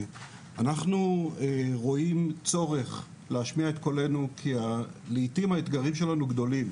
אנחנו רואים צורך להשמיע את קולנו כי לעתים האתגרים שלנו גדולים.